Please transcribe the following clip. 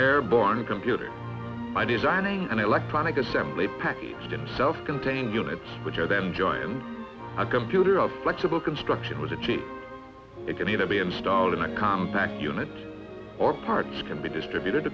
airborne computer by designing an electronic assembly package them self contained units which are then joined a computer of flexible construction with a chip it can either be installed in a compact unit or parts can be distributed